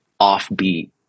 offbeat